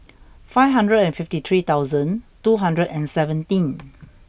five hundred and fifty three thousand two hundred and seventeen